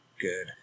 good